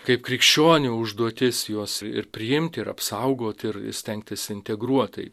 kaip krikščionių užduotis juos ir priimti ir apsaugoti ir stengtis integruot tai